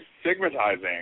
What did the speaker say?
stigmatizing